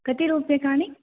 कति रूप्यकाणि